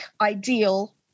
ideal